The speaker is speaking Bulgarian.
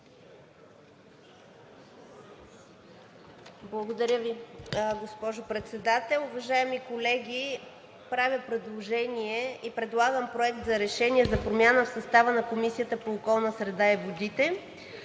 Благодаря Ви, госпожо Председател. Уважаеми колеги, правя предложение и предлагам: „Проект! РЕШЕНИЕ за промяна в състава на Комисията по околната среда и водите